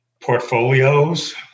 portfolios